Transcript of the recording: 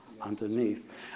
underneath